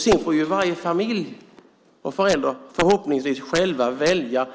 Sedan får varje familj och förälder förhoppningsvis själv välja